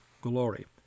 glory